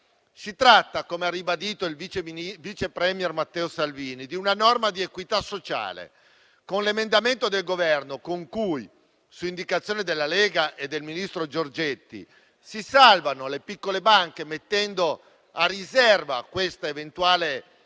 Si tratta, come ha ribadito il vice *premier* Matteo Salvini, di una norma di equità sociale. Con l'emendamento del Governo, su indicazione della Lega e del ministro Giorgetti, si salvano le piccole banche, mettendo a riserva questa eventuale